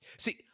See